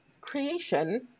creation